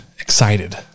excited